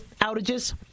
outages